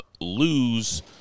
lose